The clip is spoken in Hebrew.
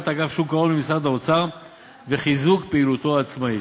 אגף שוק ההון ממשרד האוצר ובחיזוק פעילותו העצמאית.